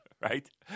Right